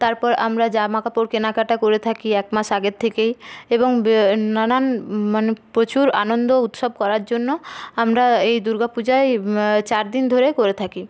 তারপর আমরা জামাকাপড় কেনাকাটা করে থাকি একমাস আগের থেকেই এবং এ নানান প্রচুর আনন্দ উৎসব করার জন্য আমরা এই দুর্গা পূজায় চার দিন ধরে করে থাকি